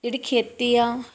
ਜਿਹੜੀ ਖੇਤੀ ਆ